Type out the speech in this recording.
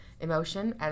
emotion